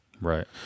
Right